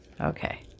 Okay